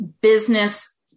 business